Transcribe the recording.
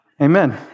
Amen